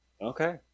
Okay